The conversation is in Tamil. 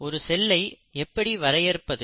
ஒரு செல்லை எப்படி வரையறுப்பது